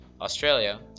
Australia